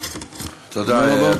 תודה רבה.